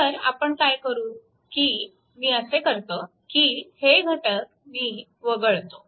तर आपण काय करू की मी असे करतो की हे घटक मी वगळतो